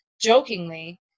jokingly